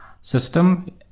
system